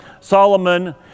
Solomon